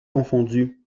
confondues